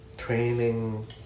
training